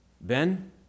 Ben